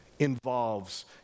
involves